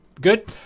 good